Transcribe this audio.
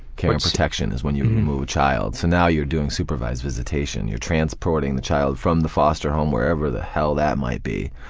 care and protection, when you remove a child. so now you're doing supervised visitation, you're transporting the child from the foster home, wherever the hell that might be,